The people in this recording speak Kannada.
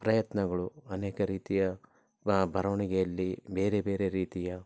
ಪ್ರಯತ್ನಗಳು ಅನೇಕ ರೀತಿಯ ಬರವಣಿಗೆಯಲ್ಲಿ ಬೇರೆ ಬೇರೆ ರೀತಿಯ